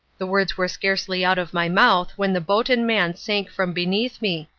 the words were scarcely out of my mouth when the boat and man sank from beneath me,